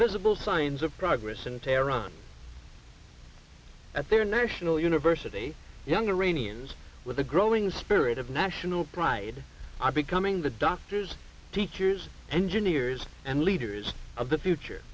visible signs of progress in tehran at their national university young iranians with a growing spirit of national pride are becoming the doctors teachers engineers and leaders of the future